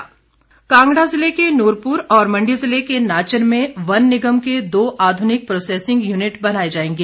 one मंत्री कांगड़ा ज़िले के नूरपुर और मंडी ज़िले के नाचन में वन निगम के दो आधुनिक प्रोसेसिंग यूनिट बनाए जाएंगे